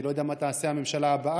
אני לא יודע מה תעשה הממשלה הבאה,